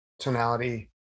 tonality